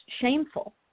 shameful